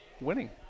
winning